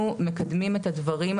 אנחנו מקדמים את הדברים,